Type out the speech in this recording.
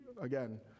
again